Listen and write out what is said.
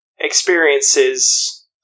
experiences